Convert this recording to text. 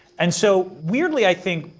and so weirdly, i think,